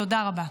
תודה רבה.